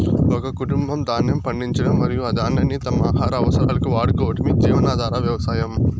ఒక కుటుంబం ధాన్యం పండించడం మరియు ఆ ధాన్యాన్ని తమ ఆహార అవసరాలకు వాడుకోవటమే జీవనాధార వ్యవసాయం